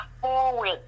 forward